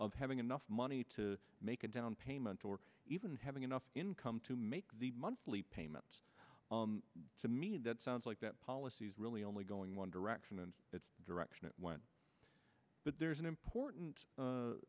of having enough money to make a downpayment or even having enough income to make the monthly payments to me that sounds like that policy is really only going one direction and it's direction it went but there's an important